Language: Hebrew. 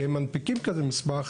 כי הם מנפיקים כזה מסמך,